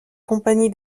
compagnie